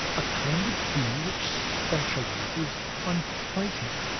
a kind of bee which specializes on fighting!